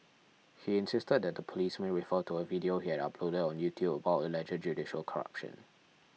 he insisted that the policemen refer to a video he had uploaded on YouTube about alleged judicial corruption